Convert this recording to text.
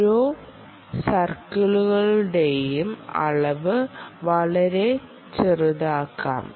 ഓരോ സർക്കിളുകളുടെയും അളവ് വളരെ ചെറുതാക്കാം